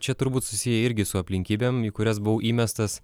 čia turbūt susiję irgi su aplinkybėm į kurias buvau įmestas